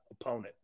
opponent